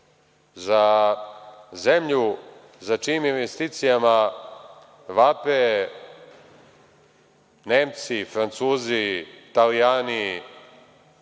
za zemlju za čijim investicijama vape Nemci, Francuzi, Talijani,